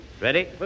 Ready